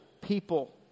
people